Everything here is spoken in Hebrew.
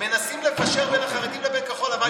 מנסים לפשר בין החרדים לבין כחול לבן.